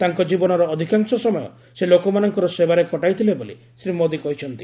ତାଙ୍କ ଜୀବନର ଅଧିକାଂଶ ସମୟ ସେ ଲୋକମାନଙ୍କର ସେବାରେ କଟାଇଥିଲେ ବୋଲି ଶ୍ରୀ ମୋଦୀ କହିଛନ୍ତି